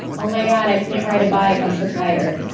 oh my god. i can't ride a bike. i'm so tired.